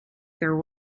their